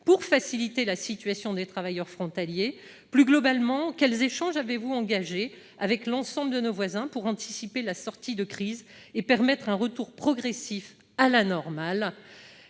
pour faciliter la situation des travailleurs frontaliers ? Plus globalement, quels échanges avez-vous engagés avec l'ensemble de nos voisins pour anticiper la sortie de crise et permettre un retour progressif à la normale ?